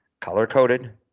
Color-coded